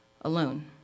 alone